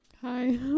Hi